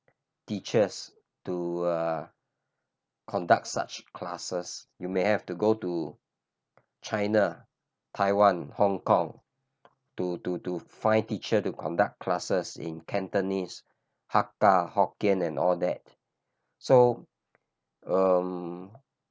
teachers to ah conduct such classes you may have to go to China Taiwan Hong-Kong to to to find teacher to conduct classes in Cantonese Hakka Hokkien and all that so um